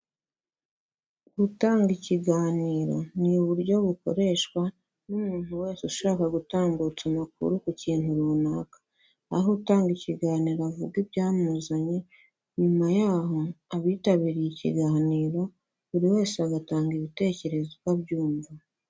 Gutanga ikiganiro ni uburyo bukoreshwa n'umuntu wese ushaka gutambutsa amakuru ku kintu runaka. Aho utanga ikiganiro avuga ibyamuzanye, nyuma yaho abitabiriye ikiganiro buri wese agatanga ibitekerezo uko abyumva.